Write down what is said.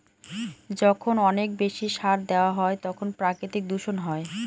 যখন অনেক বেশি সার দেওয়া হয় তখন প্রাকৃতিক দূষণ হয়